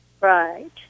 Right